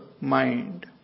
mind